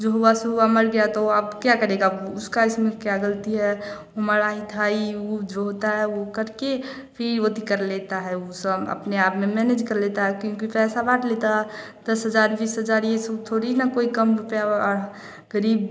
जो हुआ सो हुआ मर गया तो अब क्या करेगा अब उसका इसमें क्या गलती है वह मरा ही था इ उ जो होता है वह करके फ़िर एती कर लेता है वह सब अपने आप में मैनेज कर लेता है क्योंकि पैसा बाँट लेता दस हज़ार बीस हज़ार यह सब थोड़ी ना कोई कम रुपया अड़ह फिरी